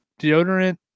deodorant